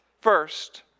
First